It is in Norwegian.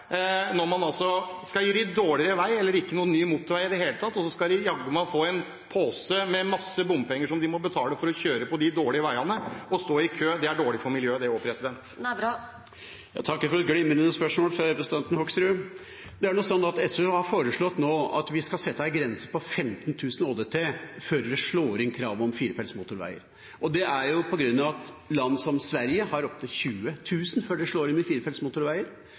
Man vil gi dem dårligere vei eller ikke noen ny motorvei i det hele tatt, og så skal de jaggu få en pose med masse bompenger som de må betale for å kjøre på de dårlige veiene – og stå i kø. Det er dårlig for miljøet, det også. Jeg takker for et glimrende spørsmål fra representanten Hoksrud. SV har nå foreslått at vi skal sette en grense på 15 000 ÅDT før kravet om firefelts motorveier slår inn. Det er på grunn av at land som Sverige har opptil 20 000 før det slår inn med firefelts motorveier.